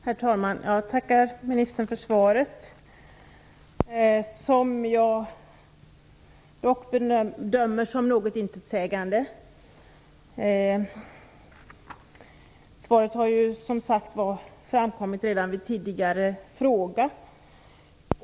Herr talman! Jag tackar ministern för svaret som jag dock bedömer som något intetsägande. Svaret har ju, som sagt, framkommit även i samband med tidigare fråga.